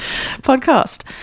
podcast